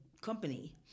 company